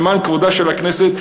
למען כבודה של הכנסת,